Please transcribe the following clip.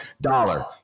dollar